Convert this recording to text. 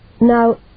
now